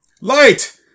Light